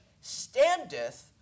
standeth